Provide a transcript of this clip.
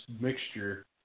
mixture